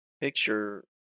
picture